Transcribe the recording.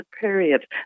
period